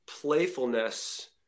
playfulness